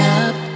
up